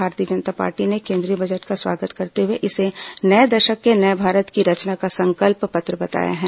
भारतीय जनता पार्टी ने केंद्रीय बजट का स्वागत करते हुए इसे नए दशक के नए भारत की रचना का संकल्प पत्र बताया है